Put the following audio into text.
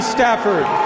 Stafford